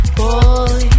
boy